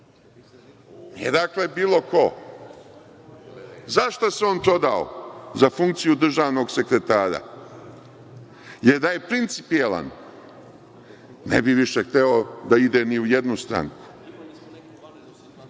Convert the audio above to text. nije bilo ko. Za šta se on prodao? Za funkciju državnog sekretara. Jer, da je principijelan, ne bi više hteo da ide ni u jednu stranku.